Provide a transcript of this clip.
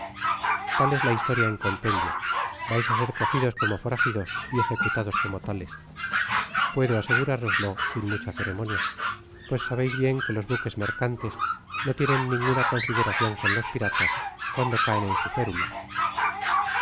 tal es la historia en compendio vais á ser cogidos como foragidos y ejecutados como tales puedo asegurároslo sin mucha ceremonia pues sabeis bien que los buques mercantes no tienen ninguna consideracion con los piratas cuando caen en su férula